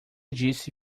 disse